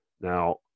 Now